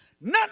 none